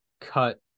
cut